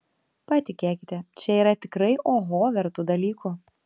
patikėkite čia yra tikrai oho vertų dalykų